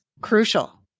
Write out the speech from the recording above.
crucial